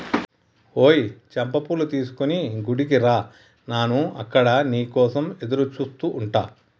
ఓయ్ చంపా పూలు తీసుకొని గుడికి రా నాను అక్కడ నీ కోసం ఎదురుచూస్తు ఉంటా